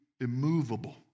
immovable